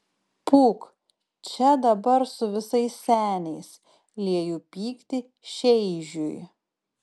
pūk čia dabar su visais seniais lieju pyktį šeižiui